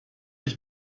ich